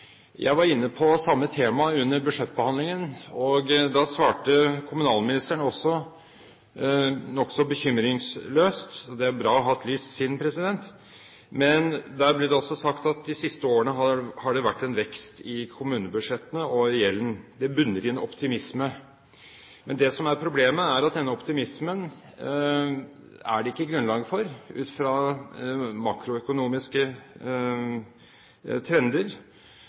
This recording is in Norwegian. Jeg var inne på samme tema under budsjettbehandlingen. Da svarte kommunalministeren også nokså bekymringsløst – det er bra å ha et lyst sinn – at i de siste årene har det vært en vekst i kommunebudsjettene og i gjelden, og det bunner i en optimisme. Det som er problemet, er at denne optimismen er det ikke grunnlag for ut fra makroøkonomiske trender,